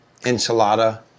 enchilada